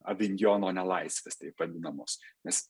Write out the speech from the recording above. avinjono nelaisvės taip vadinamos nes